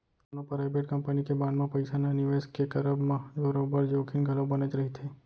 कोनो private company के bond म पइसा न निवेस के करब म बरोबर जोखिम घलौ बनेच रहिथे